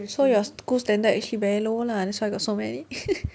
so your school standard actually very low lah that's why got so many